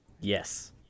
yes